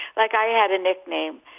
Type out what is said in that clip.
like i had a nickname,